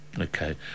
Okay